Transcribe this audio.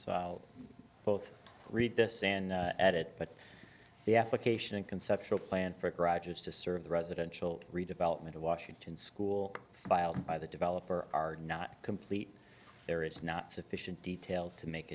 so both read this and at it but the application conceptual plan for garages to serve the residential redevelopment of washington school filed by the developer are not complete there is not sufficient detail to make